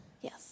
Yes